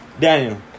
Daniel